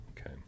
Okay